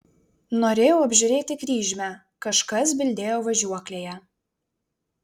norėjau apžiūrėti kryžmę kažkas bildėjo važiuoklėje